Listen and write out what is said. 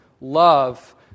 love